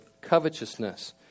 covetousness